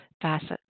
facets